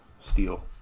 steel